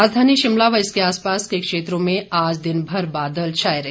राजधानी शिमला व इसके आसपास के क्षेत्रों में आज दिन भर बादल छाए रहे